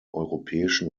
europäischen